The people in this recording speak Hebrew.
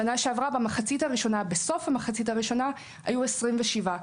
בשנה שעברה בסוף המחצית הראשונה היו 27 הרוגים.